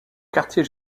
quartier